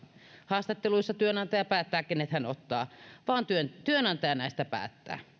haastatteluissa työnantaja päättää kenet hän ottaa työnantaja näistä päättää